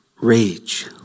rage